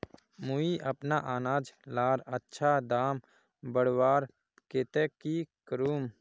मुई अपना अनाज लार अच्छा दाम बढ़वार केते की करूम?